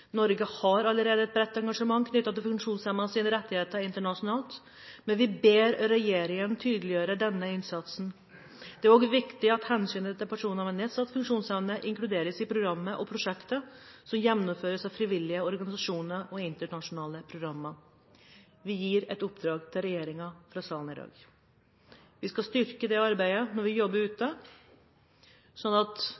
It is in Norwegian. Norge har allerede et bredt engasjement knyttet til funksjonshemmedes rettigheter internasjonalt, men vi ber regjeringen tydeliggjøre denne innsatsen. Det er også viktig at hensyn til personer med nedsatt funksjonsevne inkluderes i programmer og prosjekter som gjennomføres av frivillige organisasjoner og internasjonale programmer.» Vi gir et oppdrag til regjeringen fra salen her i dag. Vi skal styrke dette arbeidet når vi jobber ute,